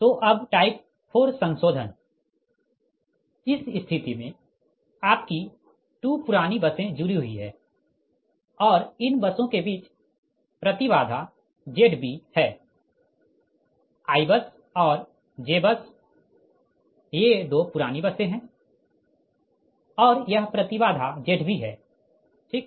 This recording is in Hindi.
तो टाइप 4 संशोधन इस स्थिति में आपकी 2 पुरानी बसें जुड़ी हुई है और इन बसों के बीच प्रति बाधा Zb है i बस और j बस ये 2 पुरानी बसें है और यह प्रति बाधा Zb है ठीक